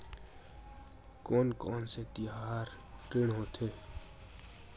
कोन कौन से तिहार ऋण होथे?